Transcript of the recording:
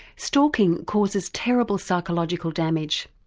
stalking causes terrible psychological damage.